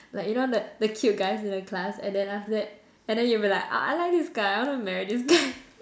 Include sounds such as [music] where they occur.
like you know the the cute guys in the class and then after that and then you'll be like uh I like this guy I wanna marry this guy [laughs]